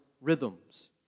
rhythms